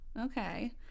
Okay